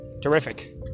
terrific